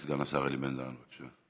סגן השר אלי בן-דהן, בבקשה.